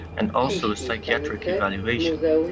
and also psychiatric evaluation.